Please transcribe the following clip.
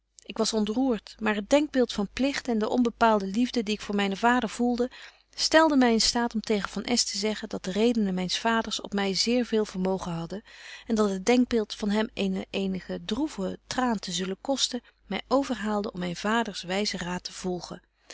ik was ontroert maar het denkbeeld van pligt en de onbepaalde liefde die ik voor mynen vader voelde stelde my in staat om tegen van s te zeggen dat de redenen myns vaders op my zeer veel vermogen hadden en dat het denkbeeld van hem een eenige droeve traan te zullen kosten my overhaalde om myn vaders wyzen raad te volgen